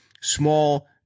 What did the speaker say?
small